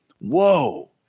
Whoa